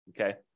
okay